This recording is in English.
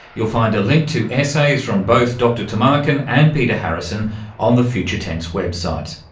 you'll find a link to essays from both dr tumarkin and peter harrison on the future tense website.